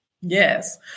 Yes